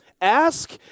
ask